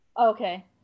okay